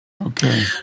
Okay